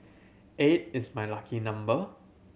eight is my lucky number